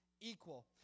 equal